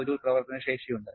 7 kJ പ്രവർത്തന ശേഷിയുണ്ട്